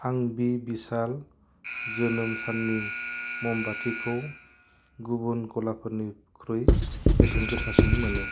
आं बे भिशाल जोनोम साननि ममबाथिखौ गुबुन गलाफोरनिख्रुइ बेसेन गोसासिन मोनो